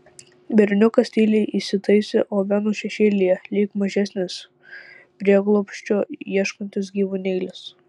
berniukas tyliai įsitaisė oveno šešėlyje lyg mažesnis prieglobsčio ieškantis gyvūnėlis